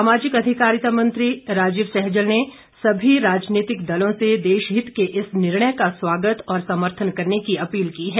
सामाजिक अधिकारिता मंत्री राजीव सैजल ने सभी राजनीतिक दलों से देशहित के इस निर्णय का स्वागत और समर्थन करने की अपील की है